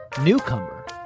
Newcomer